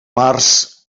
març